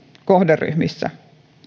kohderyhmissä